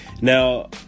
now